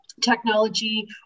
technology